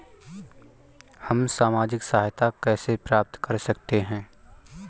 हम सामाजिक सहायता कैसे प्राप्त कर सकते हैं?